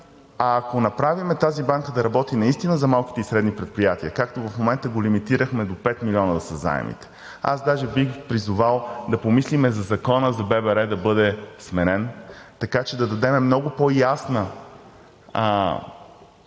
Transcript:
Ако направим тази банка да работи наистина за малките и средни предприятия, както в момента го лимитирахме – до 5 милиона да са заемите, аз даже бих призовал да помислим Законът за ББР да бъде сменен, така че да дадем много по-ясна стратегия